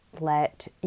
let